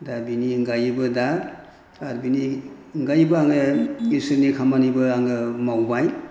दा बेनि अनगायैबो दा बिनि अनगायैबो आङो इसोरनि खामानिबो आङो मावबाय